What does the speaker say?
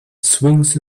swings